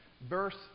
verse